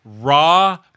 raw